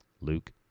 Luke